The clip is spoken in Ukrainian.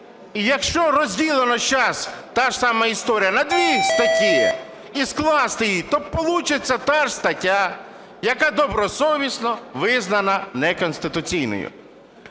І якщо розділено зараз, та ж сама історія, на дві статті і скласти її, то получиться та ж стаття, яка добросовісно визнана неконституційною.